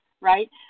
right